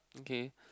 okay